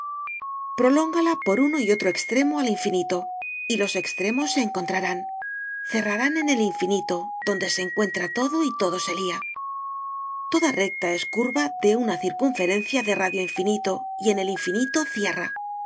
papel prolóngala por uno y otro extremo al infinito y los extremos se encontrarán cerrarán en el infinito donde se encuentra todo y todo se lía toda recta es curva de una circunferencia de radio infinito y en el infinito